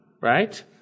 right